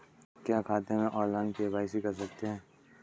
क्या खाते में ऑनलाइन के.वाई.सी कर सकते हैं?